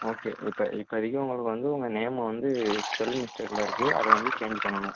okay இப்போ இப்பதைக்கு உங்களுக்கு வந்து உங்கள் நேமு வந்து ஸ்பெல் மிஸ்டேக்கில் இருக்கு அதை வந்து சேஞ்சு பண்ணனும்